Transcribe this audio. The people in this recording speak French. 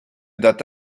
date